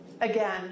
Again